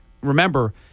remember